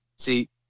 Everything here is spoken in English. See